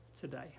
today